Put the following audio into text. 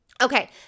Okay